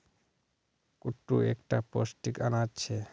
कुट्टू एक टा पौष्टिक अनाज छे